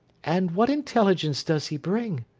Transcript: and what intelligence does he bring